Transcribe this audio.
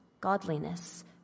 godliness